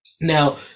Now